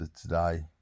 today